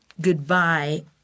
goodbye